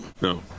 No